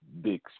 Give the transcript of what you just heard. Big